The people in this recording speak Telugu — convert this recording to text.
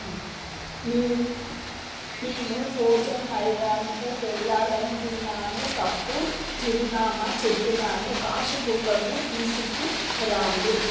నేను పోచమ్మ మైదానంకు వెళ్ళాలి అనుకున్నాను తప్పు చిరునామా చెప్పాను కాశీబుగ్గకు తీసుకురండి